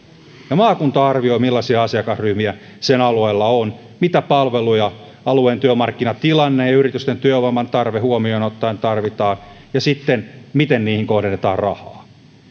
maakunta arvioi millaisia asiakasryhmiä sen alueella on mitä palveluja alueen työmarkkinatilanne ja yritysten työvoiman tarve huomioon ottaen tarvitaan ja miten niihin kohdennetaan rahaa